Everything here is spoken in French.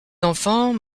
enfants